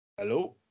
Hello